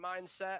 mindset